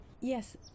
Yes